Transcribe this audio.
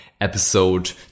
episode